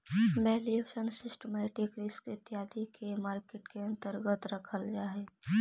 valuation, systematic risk इत्यादि के market के अंतर्गत रखल जा हई